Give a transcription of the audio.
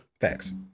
Facts